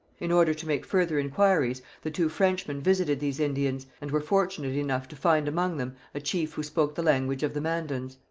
in order to make further inquiries the two frenchmen visited these indians, and were fortunate enough to find among them a chief who spoke the language of the mandans.